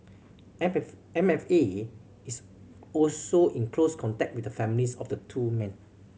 M F M F A is also in close contact with the families of the two men